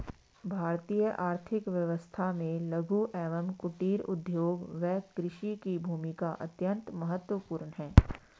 भारतीय आर्थिक व्यवस्था में लघु एवं कुटीर उद्योग व कृषि की भूमिका अत्यंत महत्वपूर्ण है